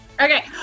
Okay